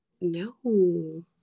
no